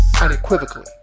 unequivocally